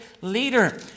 leader